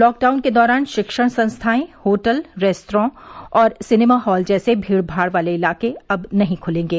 lockdown के दौरान शिक्षण संस्थाएं होटल रेस्त्रां और सिनेमा हॉल जैसे भीड़ भाड़ वाले स्थान नहीं ख़्लेंगे